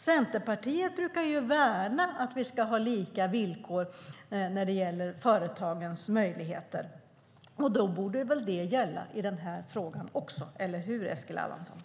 Centerpartiet brukar ju värna att vi ska ha lika villkor när det gäller företagens möjligheter, och då borde det väl gälla i den här frågan också. Eller hur, Eskil Erlandsson?